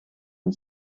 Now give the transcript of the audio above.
een